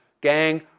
Gang